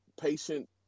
patient